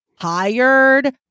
Hired